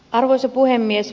arvoisa puhemies